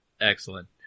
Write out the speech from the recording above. excellent